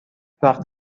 وقت